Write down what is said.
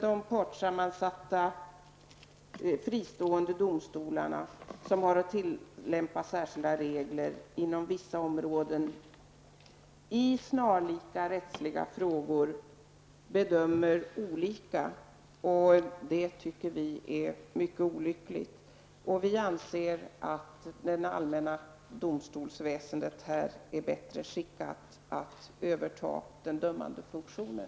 De partssammansatta fristående domstolarna, som har att tillämpa särskilda regler inom vissa områden, i snarlika rättsliga frågor dömer olika. Det tycker vi är mycket olyckligt. Vi anser att det allmänna domstolsväsendet här är bättre skickat att handha den dömande funktionen.